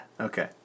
Okay